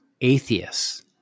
atheists